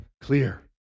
clear